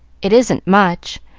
it isn't much,